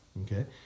Okay